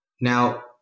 Now